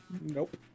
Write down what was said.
nope